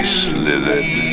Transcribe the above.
slithered